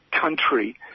country